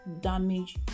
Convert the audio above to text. damage